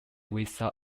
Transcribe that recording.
without